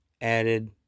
added